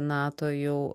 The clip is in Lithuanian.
nato jau